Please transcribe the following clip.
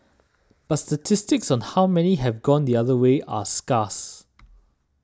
but statistics on how many have gone the other way are scarce